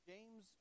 James